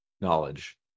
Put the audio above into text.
knowledge